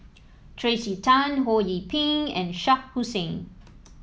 Tracey Tan Ho Yee Ping and Shah Hussain